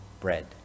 bread